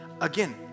Again